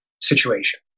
situation